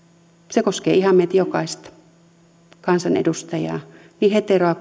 se koskee ihan meitä jokaista kansanedustajaa niin heteroa